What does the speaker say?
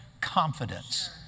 confidence